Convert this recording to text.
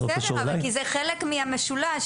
בסדר, כי זה חלק מהמשולש.